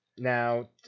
Now